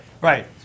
right